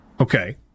Okay